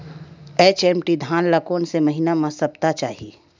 HMT धान ल कोन से महिना म सप्ता चाही?